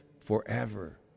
forever